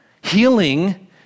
Healing